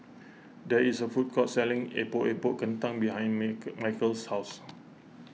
there is a food court selling Epok Epok Kentang behind Michial's house